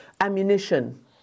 ammunition